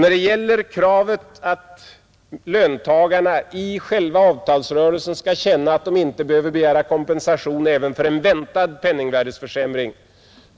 När det gäller kravet att löntagarna i själva avtalsrörelsen skall känna att de inte behöver begära kompensation även för en väntad penningvärdeförsämring